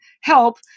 help